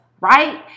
Right